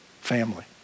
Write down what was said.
family